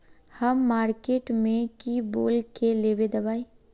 हम मार्किट में की बोल के लेबे दवाई?